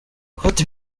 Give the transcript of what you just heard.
gufata